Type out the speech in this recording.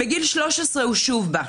בגיל 13 הוא שוב בא,